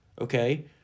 okay